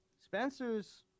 Spencer's